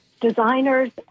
designers